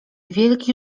wielki